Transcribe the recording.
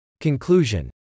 Conclusion